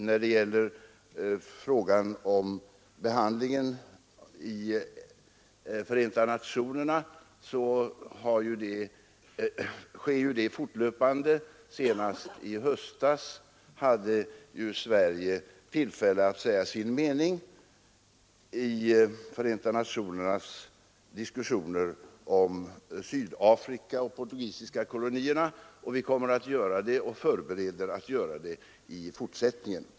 Vidare vill jag säga att den här saken behandlas fortlöpande i Förenta nationerna. Senast i höstas hade ju Sverige tillfälle att säga sin mening i Förenta nationernas diskussioner om Sydafrika och de portugisiska kolonierna, och vi förbereder att göra det även i fortsättningen.